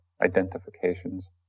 identifications